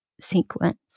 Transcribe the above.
sequence